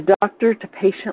doctor-to-patient